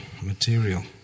material